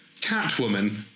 Catwoman